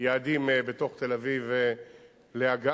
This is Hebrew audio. יעדים בתוך תל-אביב להגעה.